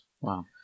Wow